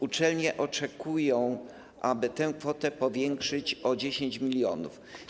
Uczelnie oczekują, aby tę kwotę powiększyć o 10 mln zł.